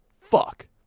Fuck